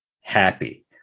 happy